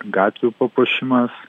gatvių papuošimas